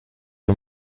für